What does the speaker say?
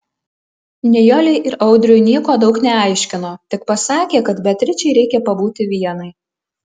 nijolei ir audriui nieko daug neaiškino tik pasakė kad beatričei reikia pabūti vienai